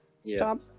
stop